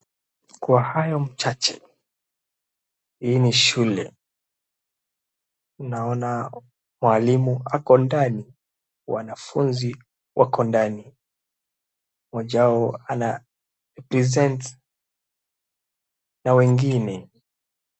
Kwa hayo mchache, hii ni shule. Naona mwalimu ako ndani. Wanafunzi wako ndani. Mmoja wao ana present na wengine.